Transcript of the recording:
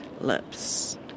lips